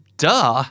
duh